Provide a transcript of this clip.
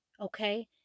Okay